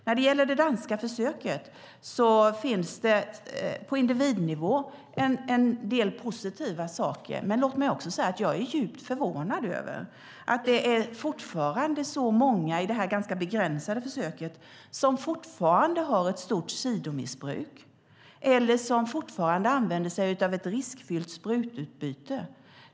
När det gäller det danska försöket finns på individnivå en del positiva saker. Låt mig också säga att jag är djupt förvånad över att det är så många i detta ganska begränsade försök som fortfarande har ett stort sidomissbruk eller använder sig av ett riskfyllt sprututbyte.